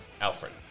Alfred